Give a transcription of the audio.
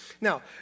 Now